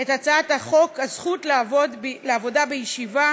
את הצעת החוק הזכות לעבודה בישיבה